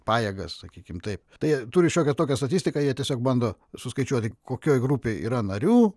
pajėgas sakykim taip tai jie turi šiokią tokią statistiką jie tiesiog bando suskaičiuoti kokioje grupėje yra narių